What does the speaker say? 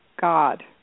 God